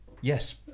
Yes